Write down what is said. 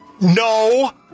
No